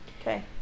Okay